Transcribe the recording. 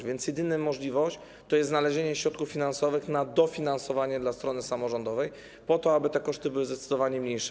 A więc jedyna możliwość to jest znalezienie środków finansowych na dofinansowanie dla strony samorządowej po to, aby te koszty były zdecydowanie mniejsze.